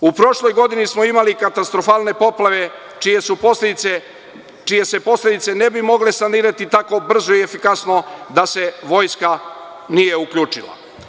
U prošloj godini smo imali katastrofalne poplave čije se posledice ne bi mogle sanirati tako brzo i efikasno da se vojska nije uključila.